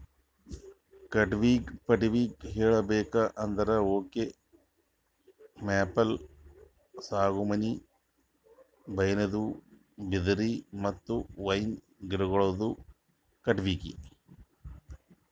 ಕಟ್ಟಿಗಿಗ ಪಟ್ಟಿ ಹೇಳ್ಬೇಕ್ ಅಂದ್ರ ಓಕ್, ಮೇಪಲ್, ಸಾಗುವಾನಿ, ಬೈನ್ದು, ಬಿದಿರ್ ಮತ್ತ್ ಪೈನ್ ಗಿಡಗೋಳುದು ಕಟ್ಟಿಗಿ